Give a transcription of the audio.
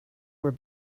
were